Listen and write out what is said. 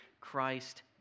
Christ